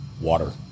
Water